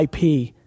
IP